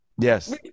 Yes